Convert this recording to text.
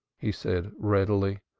he said readily,